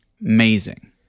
amazing